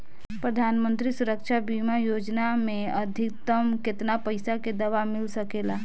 प्रधानमंत्री सुरक्षा बीमा योजना मे अधिक्तम केतना पइसा के दवा मिल सके ला?